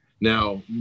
Now